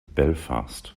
belfast